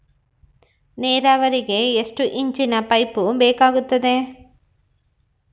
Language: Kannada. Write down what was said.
ನೇರಾವರಿಗೆ ಎಷ್ಟು ಇಂಚಿನ ಪೈಪ್ ಬೇಕಾಗುತ್ತದೆ?